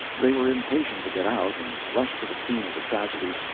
they were impatient to get out and rush to the scene of the tragedy,